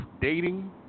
Dating